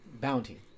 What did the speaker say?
Bounty